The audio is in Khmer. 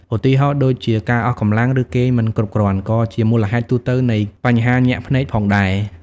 ឧទាហរណ៍ដូចជា ការអស់កម្លាំង ឬគេងមិនគ្រប់គ្រាន់ ក៏ជាមូលហេតុទូទៅនៃបញ្ហាញាក់ភ្នែកផងដែរ។